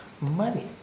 money